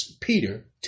Peter